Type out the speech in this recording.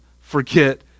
forget